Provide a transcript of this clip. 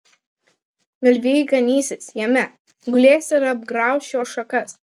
galvijai ganysis jame gulės ir apgrauš jo šakas